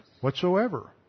whatsoever